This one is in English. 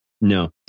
No